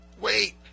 Wait